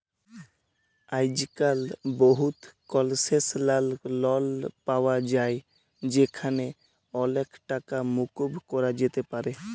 আইজক্যাল বহুত concessional loan পাওয়া যায় যেখালে অলেক টাকা মুকুব ক্যরা যাতে পারে